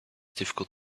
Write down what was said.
difficult